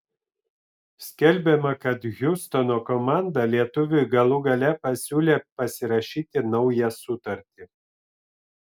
skelbiama kad hjustono komanda lietuviui galų gale pasiūlė pasirašyti naują sutartį